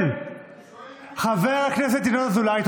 חבר הכנסת ארבל.